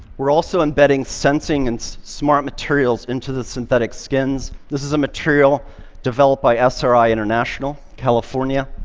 we're also embedding sensing and smart materials into the synthetic skins. this is a material developed by sri international, california.